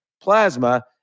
plasma